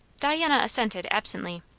diana assented absently.